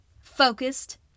focused